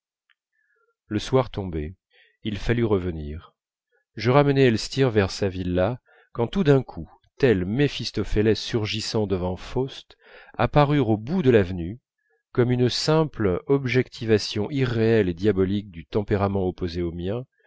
le soir tombait il fallut revenir je ramenais elstir vers sa villa quand tout d'un coup tel méphistophélès surgissant devant faust apparurent au bout de l'avenue comme une simple objectivation irréelle et diabolique du tempérament opposé au mien